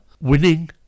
Winning